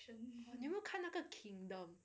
你有没有看那个 kingdom